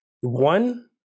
one